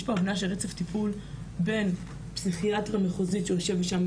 יש הבניה של רצף טיפול פסיכיאטרית מחוזית שיושבת שם,